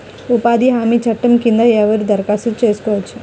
ఉపాధి హామీ చట్టం కింద ఎవరు దరఖాస్తు చేసుకోవచ్చు?